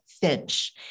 Finch